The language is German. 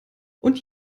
und